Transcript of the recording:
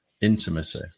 intimacy